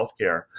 healthcare